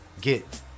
get